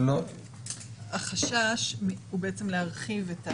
החשש הוא בעצם להרחיב.